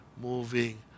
moving